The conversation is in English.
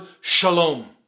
shalom